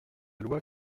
loi